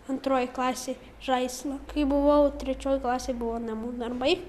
antroj klasėj žaislą kai buvau trečioj klasėj buvo namų darbai